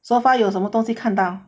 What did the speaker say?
so far 有什么东西看到